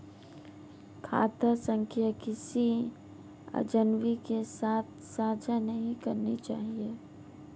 खाता संख्या किसी अजनबी के साथ साझा नहीं करनी चाहिए